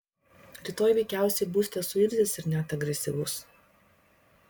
rytoj veikiausiai būsite suirzęs ir net agresyvus